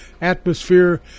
atmosphere